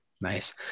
Nice